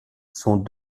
sont